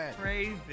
crazy